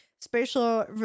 spatial